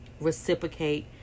reciprocate